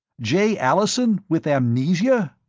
jay allison with amnesia?